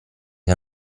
che